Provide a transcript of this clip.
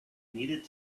needed